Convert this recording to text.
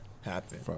happen